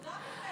תודה, באמת.